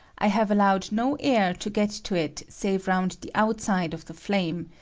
i have allowed no air to get to it save round the outside of the flame,